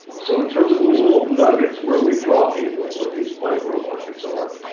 so in terms of those little nuggets where we draw people and what these micro markets are.